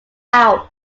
out